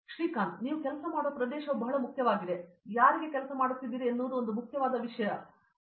ಶ್ರೀಕಾಂತ್ ನೀವು ಕೆಲಸ ಮಾಡುವ ಪ್ರದೇಶವು ಬಹಳ ಮುಖ್ಯವಾಗಿದೆ ಮತ್ತು ನೀವು ಯಾರಿಗೆ ಕೆಲಸ ಮಾಡುತ್ತಿದ್ದೀರಿ ಎನ್ನುವುದು ಒಂದು ಮುಖ್ಯವಾದ ವಿಷಯದಂತೆ ನನಗೆ ಒಂದು ಸಲಹೆಯಿದೆ